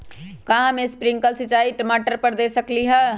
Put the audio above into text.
का हम स्प्रिंकल सिंचाई टमाटर पर दे सकली ह?